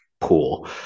pool